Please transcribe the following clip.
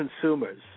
consumers